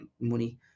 money